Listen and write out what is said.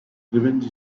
revenge